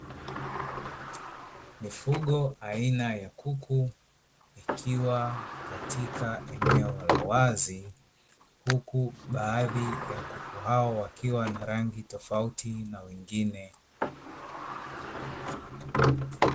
Mifugo aina ya kuku ikiwa katika eneo la wazi huku baadhi ya kuku hao wakiwa na rangi tofauti na wengine.